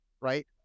right